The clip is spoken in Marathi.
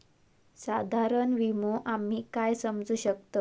साधारण विमो आम्ही काय समजू शकतव?